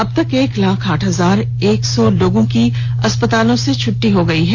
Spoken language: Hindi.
अबतक एक लाख आठ हजार एक सौ लोगों को अस्पताल से छटटी मिली है